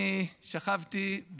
אני שכבתי,